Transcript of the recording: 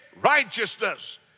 righteousness